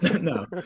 No